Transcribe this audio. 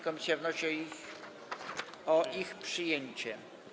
Komisja wnosi o ich przyjęcie.